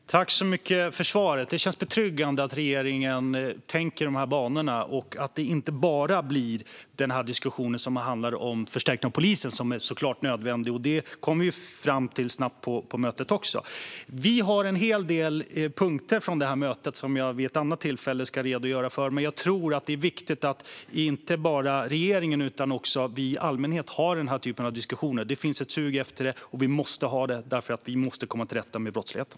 Fru talman! Tack för svaret, Morgan Johansson! Det känns betryggande att regeringen tänker i dessa banor och att det inte bara blir en diskussion som handlar om förstärkning av polisen, som såklart är nödvändig. Detta kom vi också snabbt fram till på mötet. Vi har en hel del punkter från mötet som jag ska redogöra för vid ett annat tillfälle. Jag tror att det är viktigt att inte bara regeringen utan också vi i allmänhet har denna typ av diskussioner. Det finns ett sug efter det, och vi måste ha det därför att vi måste komma till rätta med brottsligheten.